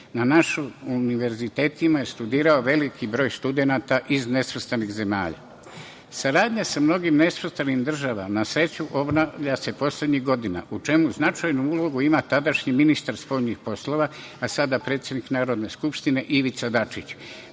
Na našim univerzitetima je studirao veliki broj studenata iz nesvrstanih zemalja. Saradnja sa mnogim nesvrstanim državama na sreću obnavlja se poslednjih godina u čemu značajnu ulogu ima tadašnji ministar spoljnih poslova, a sada predsednik Narodne skupštine, Ivica Dačić,